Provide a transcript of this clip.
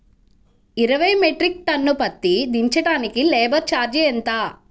ఇరవై metric ton పత్తి దించటానికి లేబర్ ఛార్జీ ఎంత?